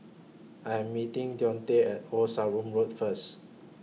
I Am meeting Dionte At Old Sarum Road First